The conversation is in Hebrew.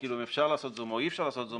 אפשר לעשות "זום" או אי אפשר לעשות "זום",